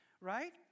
right